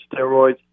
steroids